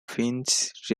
french